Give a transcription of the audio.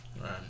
Right